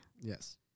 Yes